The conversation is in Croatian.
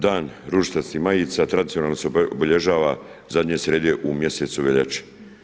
Dan ružičastih majica tradicionalno se obilježava zadnje srijede u mjesecu veljači.